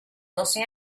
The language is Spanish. doce